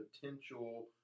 potential